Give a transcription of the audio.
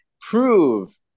prove